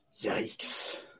Yikes